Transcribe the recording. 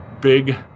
big